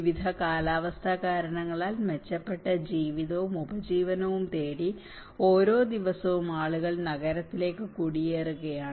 വിവിധ കാലാവസ്ഥാ കാരണങ്ങളാൽ മെച്ചപ്പെട്ട ജീവിതവും ഉപജീവനവും തേടി ഓരോ ദിവസവും ആളുകൾ നഗരത്തിലേക്ക് കുടിയേറുകയാണ്